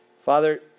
Father